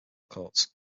courts